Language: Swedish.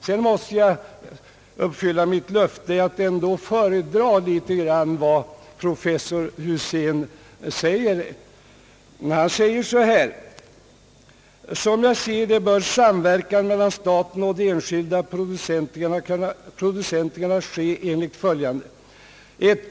Så måste jag uppfylla mitt löfte att föredra något av vad professor Husén säger: »Som jag ser det bör samverkan mellan staten och de enskilda producenterna kunna ske enligt följande: 1.